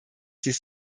dies